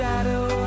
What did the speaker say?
Shadow